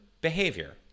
Behavior